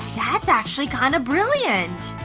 that's actually kinda brilliant.